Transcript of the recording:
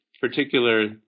particular